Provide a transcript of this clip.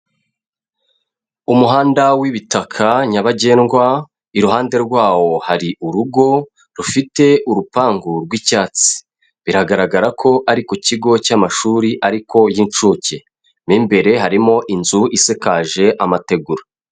Umuhanda w'ibitaka nyabagendwa, iruhande rwawo hari urugo rufite urupangu rw'icyatsi, biragaragara ko ari ku kigo cy'amashuri ariko y'incuke, mo imbere harimo inzu isakaje amategura.